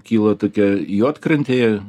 kyla tokia juodkrantėje